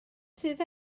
sydd